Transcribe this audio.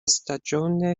stagione